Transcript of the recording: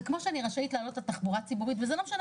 זה כמו שאני רשאית להעלות את התחבורה הציבורית וזה לא משנה